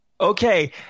okay